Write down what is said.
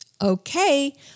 Okay